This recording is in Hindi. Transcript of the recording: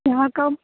यहाँ कब